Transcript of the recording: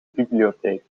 bibliotheek